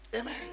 Amen